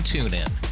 TuneIn